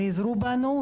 נעזרו בנו,